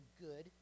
good